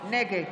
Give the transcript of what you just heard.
נגד